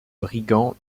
brigands